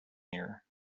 here